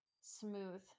smooth